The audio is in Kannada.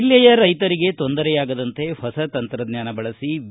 ಜಿಲ್ಲೆಯ ರೈತರಿಗೆ ತೊಂದರೆಯಾಗದಂತೆ ಹೊಸ ತಂತ್ರಜ್ಞಾನ ಬಳಸಿ ವಿ